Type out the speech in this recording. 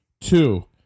Two